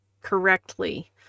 correctly